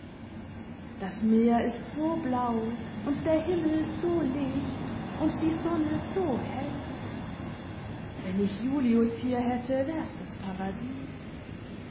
das meer ist so blau und der himmel so licht und die sonne so hell wenn ich julius hier hätte wär s das paradies